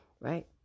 right